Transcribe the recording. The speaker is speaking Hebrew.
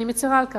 אני מצרה על כך,